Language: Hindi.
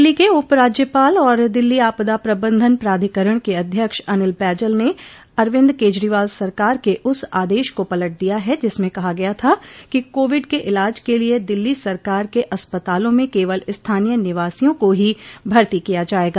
दिल्ली के उप राज्यपाल और दिल्ली आपदा प्रबंधन प्राधिकरण के अध्यक्ष अनिल बैजल ने अरविंद केजरीवाल सरकार के उस आदेश को पलट दिया है जिसमें कहा गया था कि कोविड के इलाज के लिए दिल्ली सरकार के अस्पतालों में केवल स्थानीय निवासियों को ही भर्ती किया जाएगा